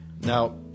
Now